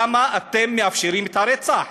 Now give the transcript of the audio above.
למה אתם מאפשרים את הרצח?